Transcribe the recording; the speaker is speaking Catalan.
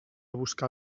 buscar